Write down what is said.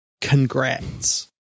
congrats